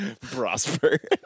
prosper